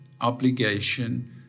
obligation